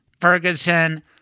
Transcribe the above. Ferguson